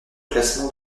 classement